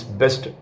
best